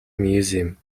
museum